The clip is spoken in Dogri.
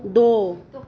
दो